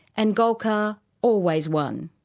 and golkar always won.